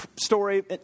story